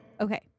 Okay